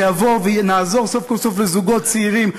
זה יבוא, ונעזור סוף כל סוף לזוגות צעירים.